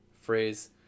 phrase